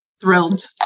thrilled